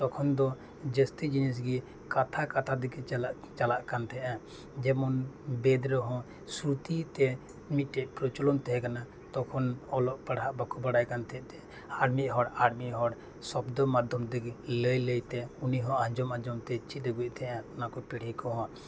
ᱛᱚᱠᱷᱚᱱ ᱫᱚ ᱡᱟᱥᱛᱤ ᱡᱤᱱᱤᱥ ᱜᱮ ᱠᱟᱛᱷᱟ ᱠᱟᱛᱷᱟ ᱛᱮᱜᱮ ᱪᱟᱞᱟᱜ ᱠᱟᱱ ᱛᱟᱦᱮᱱᱟ ᱡᱮᱢᱚᱱ ᱵᱮᱫᱽ ᱨᱮᱦᱚᱸ ᱥᱨᱩᱛᱤ ᱛᱮ ᱢᱤᱫᱴᱟᱝ ᱯᱨᱚᱪᱚᱞᱚᱱ ᱛᱟᱦᱮᱸ ᱠᱟᱱᱟ ᱛᱚᱠᱷᱚᱱ ᱚᱞᱚᱜ ᱯᱟᱲᱦᱟᱜ ᱵᱟᱠᱚ ᱵᱟᱲᱟᱭ ᱠᱟᱱ ᱛᱟᱦᱮᱸᱱᱟ ᱟᱨᱢᱤᱫ ᱦᱚᱲ ᱟᱨᱢᱤᱫ ᱦᱚᱲ ᱥᱚᱵᱽᱫᱚ ᱢᱟᱫᱽᱫᱷᱚᱢ ᱛᱮᱜᱮ ᱞᱟᱹᱭ ᱞᱟᱹᱭ ᱛᱮᱜᱮ ᱩᱱᱤ ᱦᱚᱸ ᱟᱸᱡᱚᱢ ᱟᱸᱡᱚᱢ ᱛᱮ ᱪᱮᱫ ᱟᱜᱩᱭᱮᱫ ᱛᱟᱦᱮᱸᱜᱼᱟ ᱚᱱᱟ ᱠᱚ ᱯᱤᱲᱦᱤ ᱠᱚᱦᱚᱸ